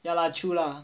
ya lah true lah